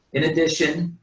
in addition,